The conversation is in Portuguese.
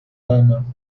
ama